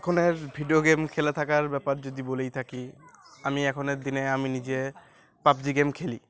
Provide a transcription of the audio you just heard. এখনকার video game খেলে থাকার ব্যাপার যদি বলেই থাকি আমি এখের দিনে আমি নিজে পাবজি গেম খেলি